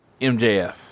MJF